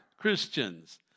Christians